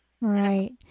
Right